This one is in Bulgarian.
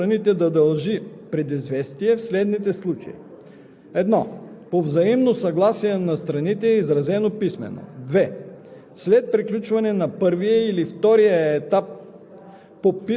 Договорът по чл. 59г, ал. 1 може да се прекрати преди изтичането на срока, без всяка от страните да дължи предизвестие, в следните случаи: